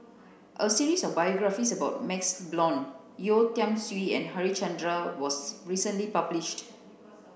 a series of biographies about MaxLe Blond Yeo Tiam Siew and Harichandra was recently published